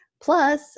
Plus